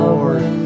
Lord